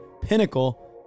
Pinnacle